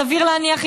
סביר להניח,